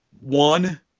One